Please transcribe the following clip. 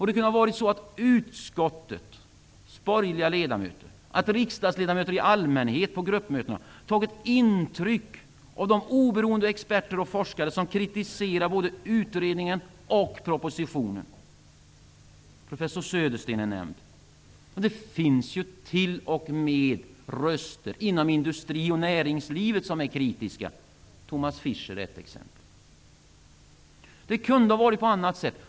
Det kunde ha varit så att utskottets borgerliga ledamöter, ja, riksdagsledamöter i allmänhet, på gruppmöten hade tagit intryck av de oberoende experter och forskare som kritiserar både utredningen och propositionen. Professor Södersten har nämnts. Men det finns ju röster t.o.m. inom industrin och näringslivet som är kritiska. Tomas Fischer är ett exempel. Det kunde alltså ha varit på ett annat sätt.